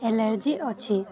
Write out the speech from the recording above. allergy ଅଛି